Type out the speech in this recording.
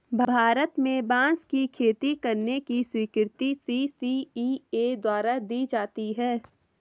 भारत में बांस की खेती करने की स्वीकृति सी.सी.इ.ए द्वारा दी जाती है